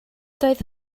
doedd